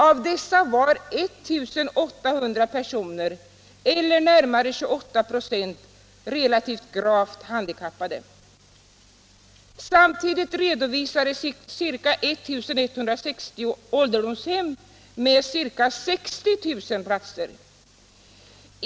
Av dessa var 1800 personer eller närmare 28 26 relativt gravt handikappade. Samtidigt redovisades ca 1 160 ålderdomshem med ca 60 000 platser.